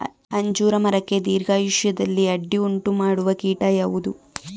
ಅಂಜೂರ ಮರಕ್ಕೆ ದೀರ್ಘಾಯುಷ್ಯದಲ್ಲಿ ಅಡ್ಡಿ ಉಂಟು ಮಾಡುವ ಕೀಟ ಯಾವುದು?